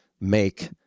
make